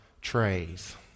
trays